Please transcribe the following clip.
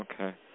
Okay